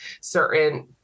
certain